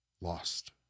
lost